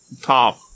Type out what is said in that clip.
top